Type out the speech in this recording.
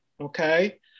okay